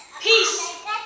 peace